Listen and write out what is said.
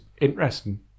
interesting